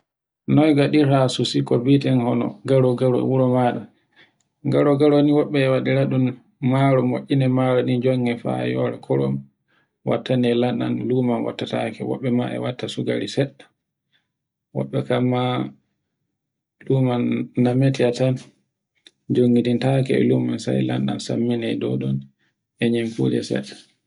Noy ngaɗata sasuko biten garu-garu e wuro maɗa. Garu-garu ni woɓɓe e waɗira ɗun maro, ma inni maro ni jonge fare re wara kurum. Wattane lanɗan lumo gottatake woɓɓe ma e wata sugari. Woɓɓe kanma ume namete tan jongidentake e luman sai lanɗan sammine e dow ɗon. e nen kuje seɗɗa.